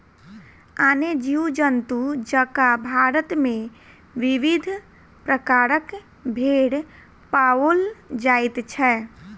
आने जीव जन्तु जकाँ भारत मे विविध प्रकारक भेंड़ पाओल जाइत छै